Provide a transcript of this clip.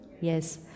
Yes